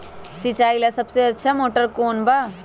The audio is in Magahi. सिंचाई ला सबसे अच्छा मोटर कौन बा?